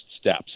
steps